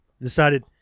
decided